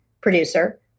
producer